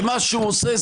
ומה שהוא עושה,